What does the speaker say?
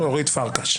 פרקש.